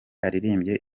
aririmbye